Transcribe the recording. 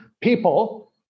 people